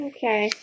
Okay